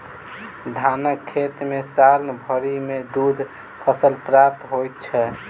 धानक खेत मे साल भरि मे दू फसल प्राप्त होइत छै